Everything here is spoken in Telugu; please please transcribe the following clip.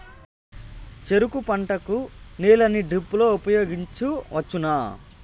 చెరుకు పంట కు నీళ్ళని డ్రిప్ లో ఉపయోగించువచ్చునా?